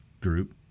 group